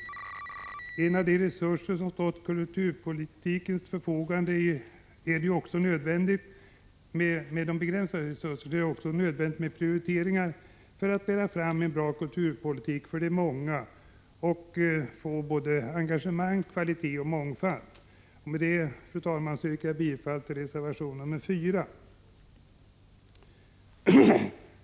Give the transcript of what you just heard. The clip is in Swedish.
Med de begränsade resurser som står till kulturpolitikens förfogande är det också nödvändigt med prioriteringar för att bära fram en bra kulturpolitik för de många och för att få engagemang, kvalitet och mångfald. Med detta, fru talman, yrkar jag bifall till reservation nr 4.